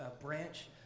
branch